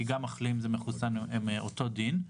כי מחלים ומחוסן זה אותו דין,